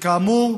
כאמור,